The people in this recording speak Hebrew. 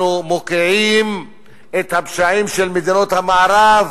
אנחנו מוקיעים את הפשעים של מדינות המערב